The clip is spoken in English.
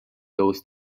those